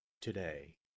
today